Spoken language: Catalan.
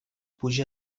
puja